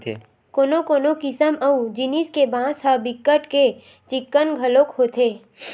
कोनो कोनो किसम अऊ जिनिस के बांस ह बिकट के चिक्कन घलोक होथे